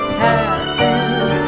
passes